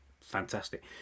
fantastic